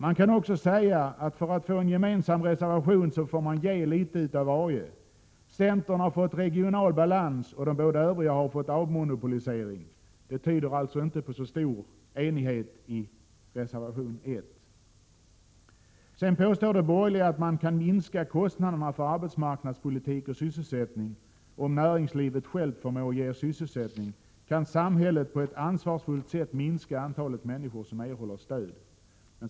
Man kan också säga att för att få en gemensam reservation har man fått ge litet utav varje. Centern har fått regional balans, och de båda övriga partierna har fått avmonopolisering. Det tyder inte på så stor enighet i reservation 1. Sedan påstår de borgerliga att man kan minska kostnaderna för arbetsmarknadspolitik och sysselsättning. Om näringslivet självt förmår ge sysselsättning, kan samhället på ett ansvarsfullt sätt minska antalet människor som erhåller stöd.